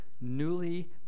newly